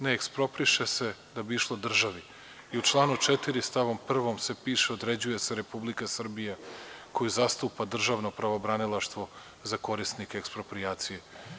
Ne, ekspropriše se da bi išlo državi i u članu 4. stavu 1. se piše određuje se Republika Srbija, koju zastupa državno pravobranilaštvo za korisnika eksproprijacije.